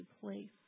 place